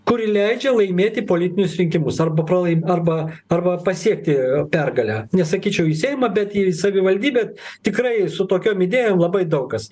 kuri leidžia laimėti politinius rinkimus arba pralaimi arba arba pasiekti pergalę nesakyčiau į seimą bet į savivaldybę tikrai su tokiom idėjom labai daug kas